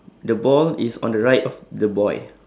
the ball is on the right of the boy